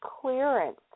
clearance